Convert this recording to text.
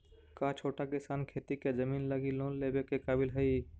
का छोटा किसान खेती के जमीन लगी लोन लेवे के काबिल हई?